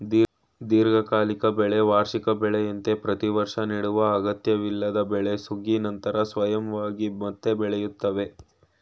ದೀರ್ಘಕಾಲಿಕ ಬೆಳೆ ವಾರ್ಷಿಕ ಬೆಳೆಯಂತೆ ಪ್ರತಿವರ್ಷ ನೆಡುವ ಅಗತ್ಯವಿಲ್ಲದ ಬೆಳೆ ಸುಗ್ಗಿ ನಂತರ ಸ್ವಯಂವಾಗಿ ಮತ್ತೆ ಬೆಳಿತವೆ